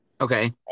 Okay